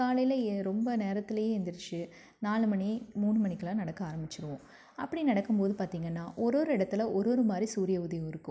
காலையில எ ரொம்ப நேரத்திலையே எந்திரிச்சு நாலு மணி மூணு மணிக்கெலாம் நடக்க ஆரமிச்சிடுவோம் அப்படி நடக்கும் போது பார்த்திங்கனா ஒரு ஒரு இடத்துல ஒரு ஒரு மாதிரி சூரிய உதயம் இருக்கும்